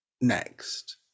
next